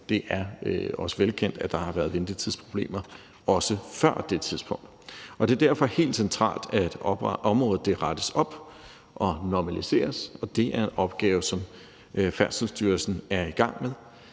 det er også velkendt, at der har været ventetidsproblemer også før det tidspunkt. Det er derfor helt centralt, at området rettes op og normaliseres, og det er en opgave, som Færdselsstyrelsen er i gang med.